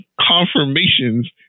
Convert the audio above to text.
confirmations